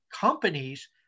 companies